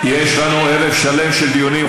יש לנו ערב שלם של דיונים,